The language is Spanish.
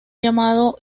llamado